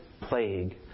plague